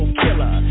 killer